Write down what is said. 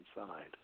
inside